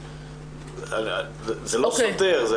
זה לא סותר.